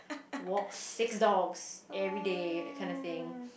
walks six dogs everyday that kind of thing